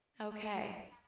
Okay